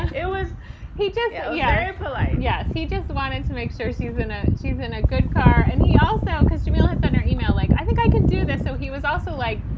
and it. was he too so yeah polite? yes he just wanted to make sure she's in a she's in a good car. and he also because to me, i'll and send her email like i think i can do that so he was also like,